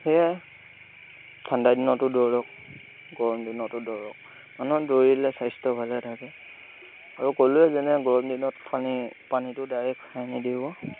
সেয়াই ঠাণ্ডা দিনতো দৌৰক গৰম দিনতো দৌৰক মানুহৰ দৌৰিলে স্বাস্থ্য ভালে থাকে আৰু ক'লোঁৱে যেনেকৈ গৰম দিনত পানী পানীটো ডাইৰেক্ট খাই নিদিব